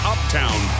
Uptown